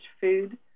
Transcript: food